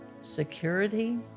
security